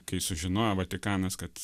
kai sužinojo vatikanas kad